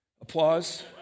Applause